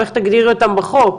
איך תגדירי אותם בחוק,